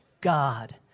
God